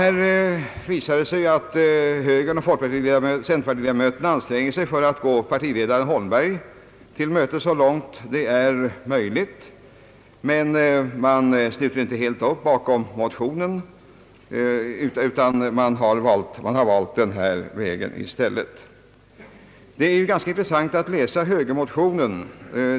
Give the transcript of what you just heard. Här visar det sig ju, att högeroch centerpartiledamöterna anstränger sig för att gå partiledare Holmberg till mötes så långt det är möjligt. Man sluter dock inte helt upp bakom högergruppens motion, utan man har i stället valt denna väg. Det är ganska intressant att läsa högermotionen.